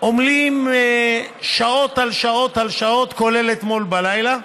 עומלים שעות על שעות על שעות, כולל אתמול בלילה,